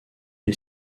est